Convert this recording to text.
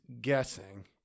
guessing